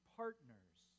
partners